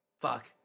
Fuck